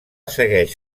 segueix